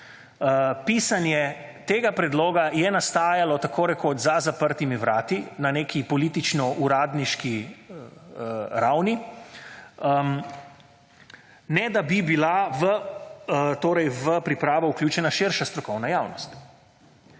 Pisanje tega predloga je nastajalo tako rekoč za zaprtimi vrati, na neki politično uradniški ravni, ne da bi bila v, torej v pripravo vključena širša strokovna javnost.